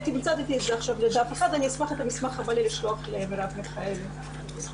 אשמח לשלוח את המסמך למרב מיכאלי.